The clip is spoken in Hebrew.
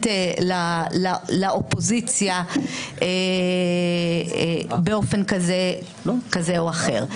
לאופוזיציה באופן כזה או אחר.